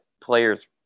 players